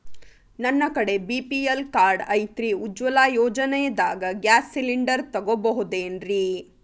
ನನ್ನ ಕಡೆ BPL card ಐತ್ರಿ, ಉಜ್ವಲಾ ಯೋಜನೆದಾಗ ಗ್ಯಾಸ್ ಸಿಲಿಂಡರ್ ತೊಗೋಬಹುದೇನ್ರಿ?